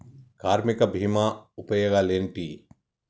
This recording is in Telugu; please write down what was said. కార్మిక బీమా ఉపయోగాలేంటి?